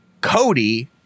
Cody